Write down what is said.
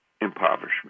impoverishment